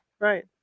right